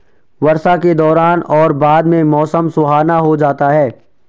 वर्षा के दौरान और बाद में मौसम सुहावना हो जाता है